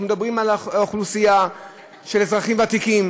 אנחנו מדברים על אוכלוסייה של אזרחים ותיקים